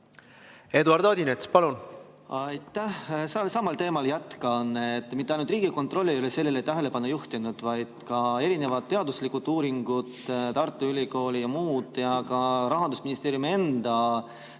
Eduard Odinets, palun!